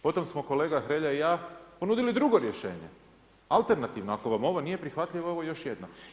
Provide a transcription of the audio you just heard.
Potom smo kolega Hrelja i ja ponudili drugo rješenje, alternativno, ako vam ovo nije prihvatljivo evo još jedno.